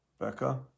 Becca